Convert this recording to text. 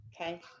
Okay